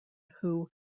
who